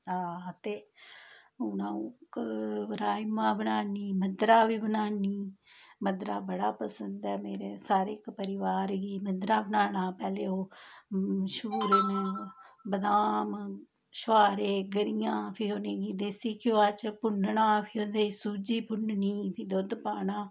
ते हुन आउं राजमा बनानी मद्धरा बी बनानी मदरा बड़ा पसंद ऐ मेरे सारे परिवार गी मदरा बनाना पैहले ओह् छूरना बदाम छोआरे गरियां फिर उनेंगी देसी घेयोआ च भुनना फिर ओह्दे च सूजी भुननी फिर दुध पाना